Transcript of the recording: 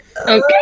Okay